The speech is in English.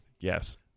yes